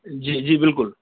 جی جی بالکل